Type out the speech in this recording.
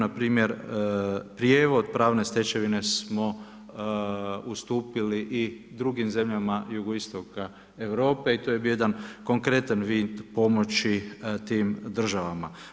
Npr. prijevod pravne stečevine smo ustupili i drugim zemljama jugoistoka Europe i to je bio jedan konkretan vid pomoći tim državama.